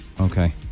Okay